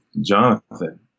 Jonathan